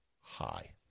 high